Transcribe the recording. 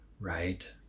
right